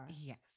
Yes